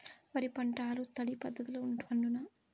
వరి పంట ఆరు తడి పద్ధతిలో పండునా?